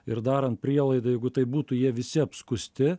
ir darant prielaidą jeigu taip būtų jie visi apskųsti